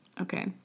Okay